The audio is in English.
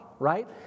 right